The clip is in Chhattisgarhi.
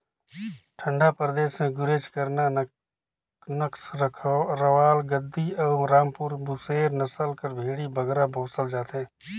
ठंडा परदेस में गुरेज, करना, नक्खरवाल, गद्दी अउ रामपुर बुसेर नसल कर भेंड़ी बगरा पोसल जाथे